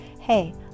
Hey